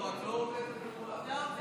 לא, רק לא עובד אצל כולם.